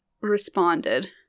responded